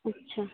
ᱟᱪᱪᱷᱟ